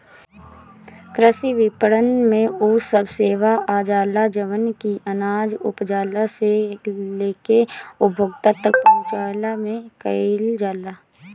कृषि विपणन में उ सब सेवा आजाला जवन की अनाज उपजला से लेके उपभोक्ता तक पहुंचवला में कईल जाला